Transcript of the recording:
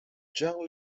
john